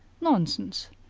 nonsense!